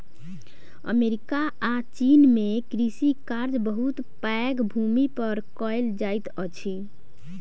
America आ चीन में कृषि कार्य बहुत पैघ भूमि पर कएल जाइत अछि